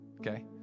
okay